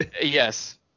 Yes